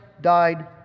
died